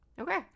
Okay